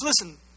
listen